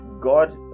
God